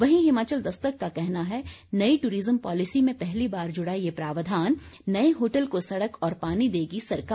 वहीं हिमाचल दस्तक का कहना है नई दूरिज्म पॉलिसी में पहली बार जुड़ा यह प्रावधान नए होटल को सड़क और पानी देगी सरकार